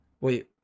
Wait